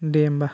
दे होमब्ला